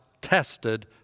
tested